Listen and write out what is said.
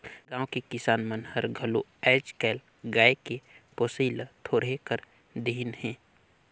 गाँव के किसान मन हर घलो आयज कायल गाय के पोसई ल थोरहें कर देहिनहे